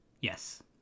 Yes